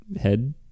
head